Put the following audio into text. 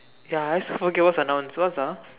ya I also forget what's a noun what ah